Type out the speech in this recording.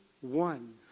one